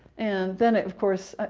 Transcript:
and then of course, ah